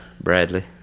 Bradley